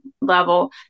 level